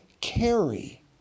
carry